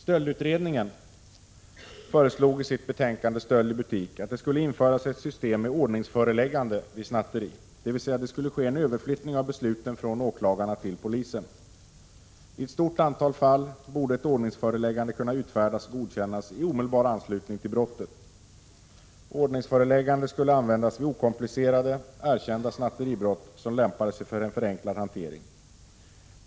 Stöldutredningen föreslog i sitt betänkande Stöld i butik, att det skulle införas ett system med ordningsföreläggande vid snatteri, dvs. att det skulle ske en överflyttning av besluten från åklagarna till polisen. I ett stort antal fall borde ett ordningsföreläggande kunna utfärdas och godkännas i omedelbar anslutning till brottet. Ordningsföreläggande skulle användas vid okomplicerade, erkända snatteribrott som lämpade sig för en förenklad hantering.